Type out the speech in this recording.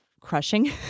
crushing